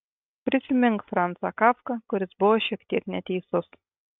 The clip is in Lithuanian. prisimink francą kafką kuris buvo šiek tiek neteisus